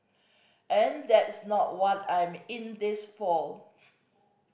and that's not want I'm in this for